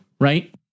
right